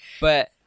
But-